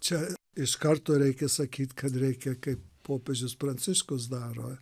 čia iš karto reikia sakyt kad reikia kaip popiežius pranciškus daro